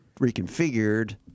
reconfigured